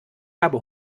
habe